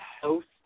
host